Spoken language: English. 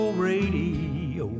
radio